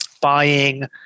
buying